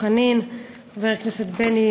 לחבר הכנסת דב חנין,